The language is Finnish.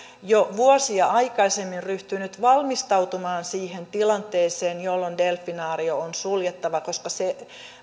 jo vuosia aikaisemmin ryhtynyt valmistautumaan siihen tilanteeseen jolloin delfinaario on suljettava koska se